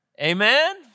Amen